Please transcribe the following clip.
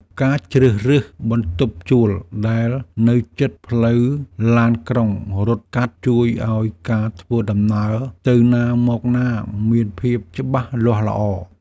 ការជ្រើសរើសបន្ទប់ជួលដែលនៅជិតផ្លូវឡានក្រុងរត់កាត់ជួយឱ្យការធ្វើដំណើរទៅណាមកណាមានភាពច្បាស់លាស់ល្អ។